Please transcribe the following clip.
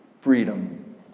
Freedom